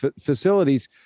facilities